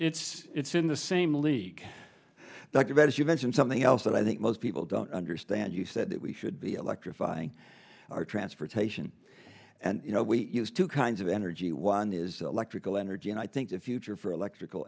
it's it's in the same league that you've got as you mentioned something else that i think most people don't understand you said that we should be electrifying our transportation and you know we use two kinds of energy one is electrical energy and i think the future for electrical